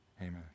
amen